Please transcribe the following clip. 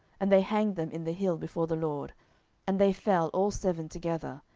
and they hanged them in the hill before the lord and they fell all seven together,